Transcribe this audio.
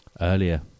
Earlier